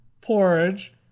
Porridge